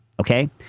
okay